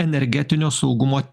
energetinio saugumo